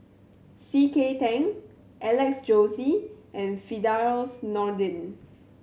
C K Tang Alex Josey and Firdaus Nordin